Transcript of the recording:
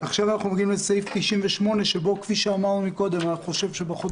עכשיו אנחנו עומדים על סעיף 98 שכמו שאמרנו קודם בחודש